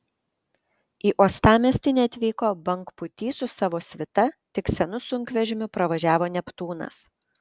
į uostamiestį neatvyko bangpūtys su savo svita tik senu sunkvežimiu pravažiavo neptūnas